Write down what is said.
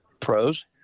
pros